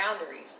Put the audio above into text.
boundaries